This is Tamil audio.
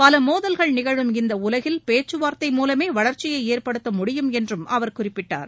பல மோதல்கள் நிகழும் இந்த உலகில் பேச்சுவார்தை மூலமே வளர்ச்சியை ஏற்படுத்தமுடியும் என்றும் அவர் குறிப்பிட்டார்